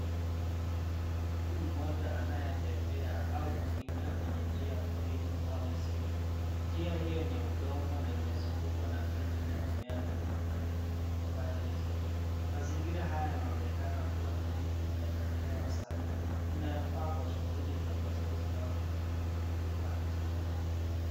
Kuna mtu mmoja anayetembea au kukimbia kwenye njia ya porini au msitu, njia hii ni ya udongo na imezungukwa na miti na mimea mengi upande wa upande zote. Mazingira haya yanaonekana kua tulivuna yenye hewa safi inayofaa kwa mashughuli za mazoezi aki kutafta utulivu wa akili.